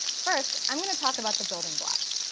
first, i'm going to talk about the building blocks,